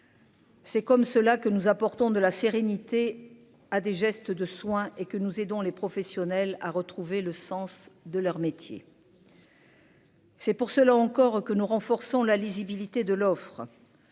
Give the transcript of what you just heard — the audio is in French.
C'est comme cela que nous apportons de la sérénité à des gestes de soin et que nous aidons les professionnels à retrouver le sens de leur métier. C'est pour cela, encore que nous renforçons la lisibilité de l'offre